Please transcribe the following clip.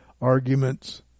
arguments